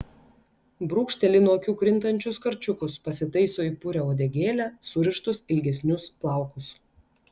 brūkšteli nuo akių krintančius karčiukus pasitaiso į purią uodegėlę surištus ilgesnius plaukus